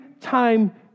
time